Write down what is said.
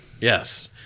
Yes